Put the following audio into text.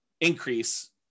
increase